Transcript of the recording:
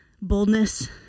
boldness